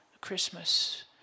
Christmas